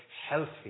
healthy